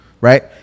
right